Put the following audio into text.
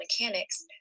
mechanics